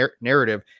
narrative